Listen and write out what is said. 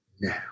now